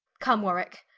come warwicke,